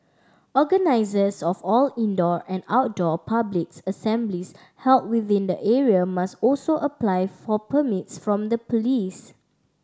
organisers of all indoor and outdoor public assemblies held within the area must also apply for permits from the police